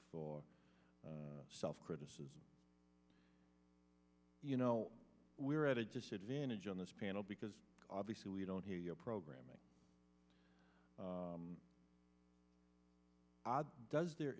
for self criticism you know we're at a disadvantage on this panel because obviously we don't hear your programming odd does the